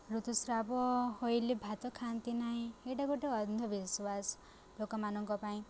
ଋତୁସ୍ରାବ ହୋଇଲେ ଭାତ ଖାଆନ୍ତି ନାହିଁ ଏଇଟା ଗୋଟେ ଅନ୍ଧବିଶ୍ଵାସ ଲୋକମାନଙ୍କ ପାଇଁ